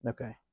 Okay